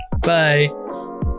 Bye